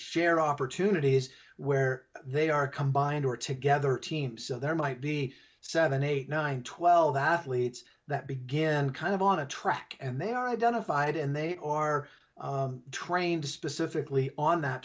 share opportunities where they are combined or together a team so there might be seven eight nine twelve that leitz that begin kind of on a track and they are identified and they are trained specifically on that